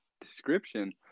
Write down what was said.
description